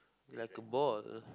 like a ball